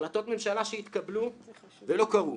החלטות ממשלה שהתקבלו ולא בוצעו.